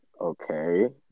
okay